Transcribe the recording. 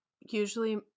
Usually